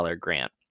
grant